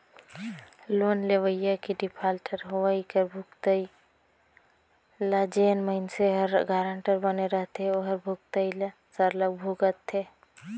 loan लेवइया के defaulter होवई कर भुगतई ल जेन मइनसे हर गारंटर बने रहथे ओहर भुगतई ल सरलग भुगतथे